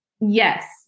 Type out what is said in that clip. Yes